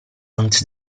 aunt